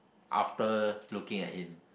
after looking at him